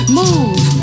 move